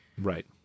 Right